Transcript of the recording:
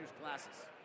glasses